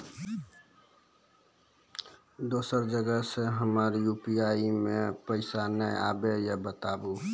दोसर जगह से हमर यु.पी.आई पे पैसा नैय आबे या बताबू?